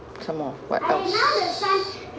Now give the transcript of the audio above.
some more what else